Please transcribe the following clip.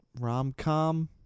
rom-com